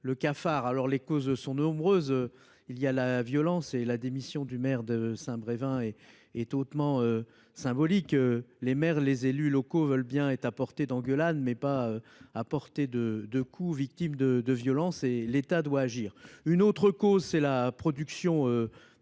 le cafard. Alors les causes sont nombreuses. Il y a la violence et la démission du maire de Saint-Brévin et est hautement symbolique. Les maires, les élus locaux veulent bien être à portée d'engueulade, mais pas à porter de de coups victime de de violence et l'État doit agir. Une autre cause c'est la production des normes